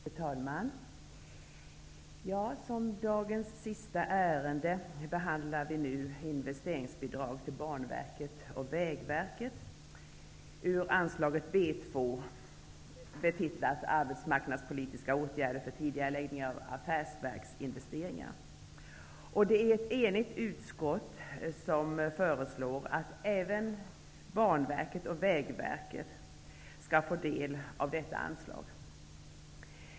Fru talman! Som dagens sista ärende behandlar vi nu Investeringsbidrag till Banverket och Vägverket ur anslaget B2, betitlat Arbetsmarknadspolitiska åtgärder för tidigareläggning av affärsverksinvesteringar. Det är ett enigt utskott som föreslår att även Banverket och Vägverket skall få del av detta anslag.